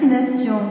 destination